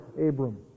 Abram